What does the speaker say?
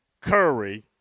Curry